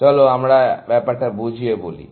চলো আমি ব্যাপারটা বুঝিয়ে বলি